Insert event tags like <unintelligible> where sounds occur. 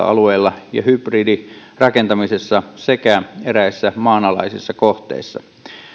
<unintelligible> alueilla ja hybridirakentamisessa sekä eräissä maanalaisissa kohteissa